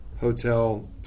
hotel